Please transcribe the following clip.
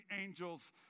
angels